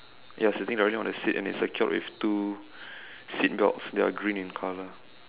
ya sitting directly on the seat and it's secured with two seat belts that are green in colour